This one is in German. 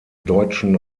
deutschen